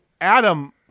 Adam